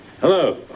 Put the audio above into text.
Hello